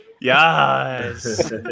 Yes